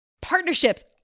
Partnerships